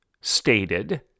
stated